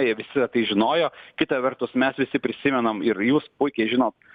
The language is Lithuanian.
jie visi tai žinojo kita vertus mes visi prisimenam ir jūs puikiai žinot